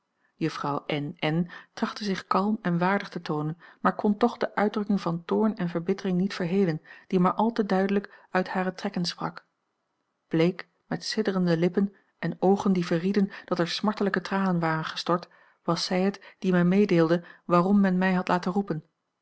n trachtte zich kalm en waardig te toonen maar kon toch de uitdrukking van toorn en verbittering niet verhelen die maar al te duidelijk uit hare trekken sprak bleek met sidderende lippen en oogen die verrieden dat er smartelijke tranen waren gestort was zij het die mij meedeelde waarom men mij had laten roepen